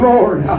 Lord